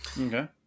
Okay